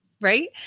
Right